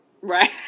Right